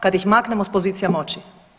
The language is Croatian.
Kada ih maknemo s pozicija moći.